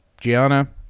Gianna